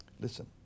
Listen